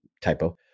typo